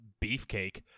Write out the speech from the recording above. beefcake